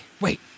Wait